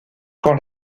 quand